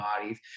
bodies